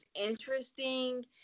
interesting